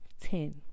Ten